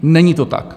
Není to tak.